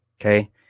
okay